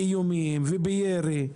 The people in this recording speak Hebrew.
באיומים ובירי.